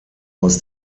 aus